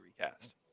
recast